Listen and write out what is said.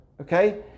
okay